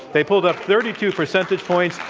they pulled up thirty two percentage points.